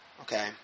Okay